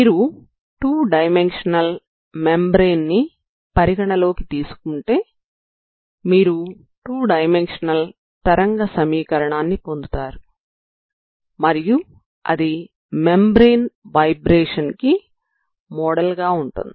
మీరు two dimensional membrane ని పరిగణలోకి తీసుకుంటే మీరు టూ డైమెన్షనల్ తరంగ సమీకరణాన్ని పొందుతారు మరియు అది మెంబ్రేన్ వైబ్రేషన్ కి మోడల్ గా ఉంటుంది